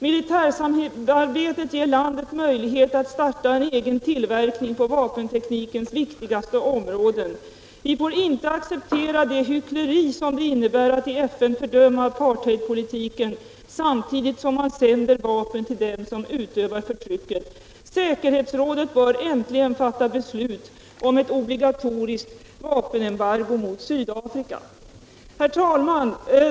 Militärsamarbetet ger landet möjlighet att starta egen tillverkning på vapenteknikens viktigaste områden. Vi får inte acceptera det hyckleri som det innebär altt i FN fördöma aparthei_dpoliliken samtidigt som man sänder vapen till dem som utövar förtrycket. Säkerhetsrådet bör äntligen fatta bestut om ett obligatoriskt vapenembargo mot Sydafrika.” Herr talman!